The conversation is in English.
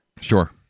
sure